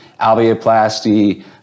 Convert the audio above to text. alveoplasty